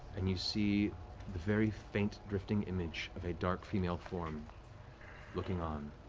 and you see the very faint drifting image of a dark female form looking on.